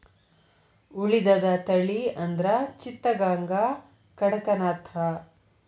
ಉಳಿದದ ತಳಿ ಅಂದ್ರ ಚಿತ್ತಗಾಂಗ, ಕಡಕನಾಥ